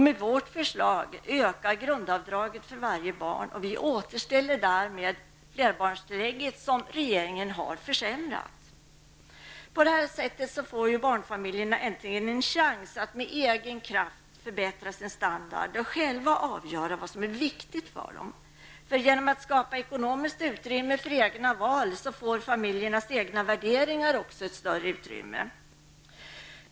Med vårt förslag ökar grundavdraget för varje barn, och vi återställer därmed flerbarnstillägget, som regeringen har försämrat. På detta sätt får barnfamiljerna äntligen en chans att med egen kraft förbättra sin standard och själva avgöra vad som är viktigt för dem. Genom att skapa ekonomiskt utrymme för egna val får familjernas egna värderingar ett större utrymme.